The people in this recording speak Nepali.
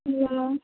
ल